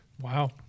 Wow